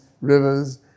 rivers